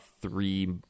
three